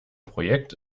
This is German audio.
projekt